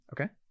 Okay